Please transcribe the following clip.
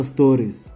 Stories